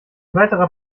weiterer